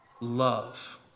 love